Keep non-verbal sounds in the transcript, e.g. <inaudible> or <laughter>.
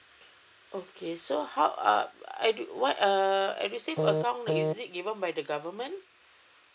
okay so how uh I do~ what uh <noise> edusave account is it given by the government